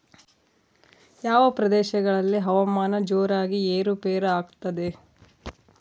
ಯಾವ ಪ್ರದೇಶಗಳಲ್ಲಿ ಹವಾಮಾನ ಜೋರಾಗಿ ಏರು ಪೇರು ಆಗ್ತದೆ?